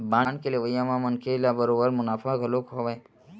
bond के लेवई म मनखे मन ल बरोबर मुनाफा घलो हवय